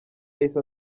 yahise